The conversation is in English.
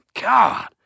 God